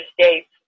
states